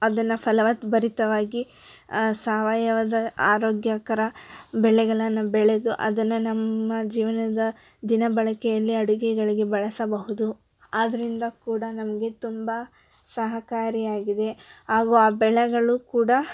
ಅದನ್ನು ಫಲವತ್ಭರಿತವಾಗಿ ಸಾವಯವದ ಆರೋಗ್ಯಕರ ಬೆಳೆಗಳನ್ನ ಬೆಳೆದು ಅದನ್ನು ನಮ್ಮ ಜೀವನದ ದಿನಬಳಕೆಯಲ್ಲಿ ಅಡುಗೆಗಳಿಗೆ ಬಳಸಬಹುದು ಆದ್ದರಿಂದ ಕೂಡ ನಮಗೆ ತುಂಬ ಸಹಕಾರಿಯಾಗಿದೆ ಹಾಗೂ ಆ ಬೆಳೆಗಳು ಕೂಡ